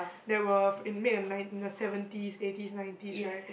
that were f~ in made nine~ in the seventies eighties nineties right